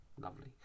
Lovely